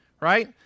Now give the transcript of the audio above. right